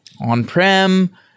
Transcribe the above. on-prem